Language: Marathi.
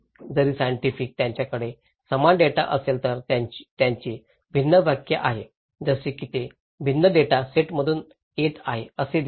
जरी सायन्टिफिक त्यांच्याकडे समान डेटा असेल तर त्यांची भिन्न व्याख्या आहेत जसे की ते भिन्न डेटा सेटमधून येत आहेत असे दिसते